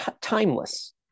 timeless